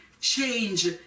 change